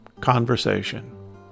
conversation